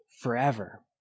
forever